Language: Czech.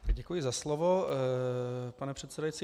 Děkuji za slovo, pane předsedající.